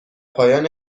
پایان